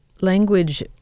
Language